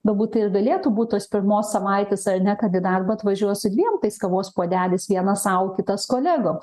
galbūt tai ir galėtų būt tos pirmos savaitės ar ne kad į darbą atvažiuoju su dviem tais kavos puodeliais vienas sau kitas kolegom